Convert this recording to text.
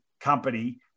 company